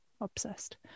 obsessed